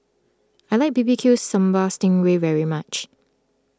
I like B B Q Sambal Sting Ray very much